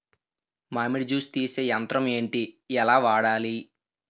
మామిడి జూస్ తీసే యంత్రం ఏంటి? ఎలా వాడాలి?